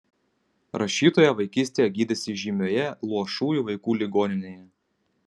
rašytoja vaikystėje gydėsi žymioje luošųjų vaikų ligoninėje